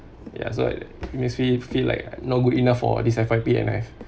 ya so like it makes me feel feel like not good enough for this F_Y_P and I've